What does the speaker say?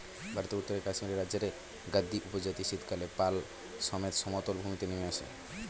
ভারতের উত্তরে কাশ্মীর রাজ্যের গাদ্দী উপজাতি শীতকালে পাল সমেত সমতল ভূমিতে নেমে আসে